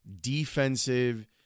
defensive